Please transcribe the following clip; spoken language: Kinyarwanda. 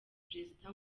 perezida